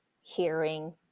hearing